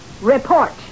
Report